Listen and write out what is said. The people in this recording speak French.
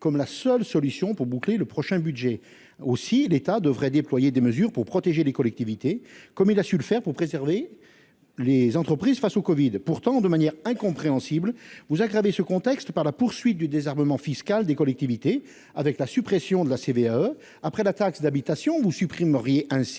comme la seule solution pour boucler leur prochain budget. Aussi, l'État devrait déployer des mesures pour protéger les collectivités, comme il a su le faire pour préserver les entreprises face au covid-19. Pourtant, de manière incompréhensible, vous aggravez une telle situation, madame la ministre, par la poursuite du désarmement fiscal des collectivités au travers de la suppression de la CVAE. Après la taxe d'habitation, vous supprimeriez ainsi